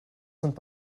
sind